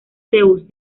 zeus